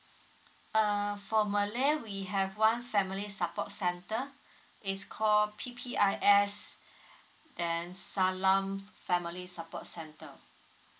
err for malay we have one family support centre it's called P_P_I_S then salaam family support center